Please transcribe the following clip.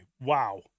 Wow